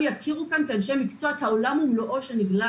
יכירו כאן כאנשי מקצוע בנושא ההימורים.